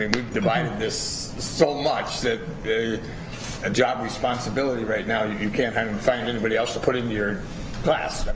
and we've divided this so much that a job responsibility right now, you can't and and find anybody else to put into your class.